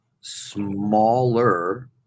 smaller